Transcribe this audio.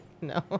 No